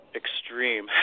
extreme